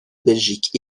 belgique